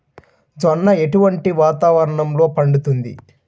జొన్న ఎటువంటి వాతావరణంలో పండుతుంది?